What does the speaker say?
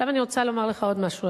עכשיו אני רוצה לומר לך עוד משהו,